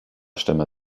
stämme